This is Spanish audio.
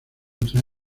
entre